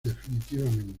definitivamente